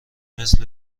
مثل